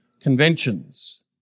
conventions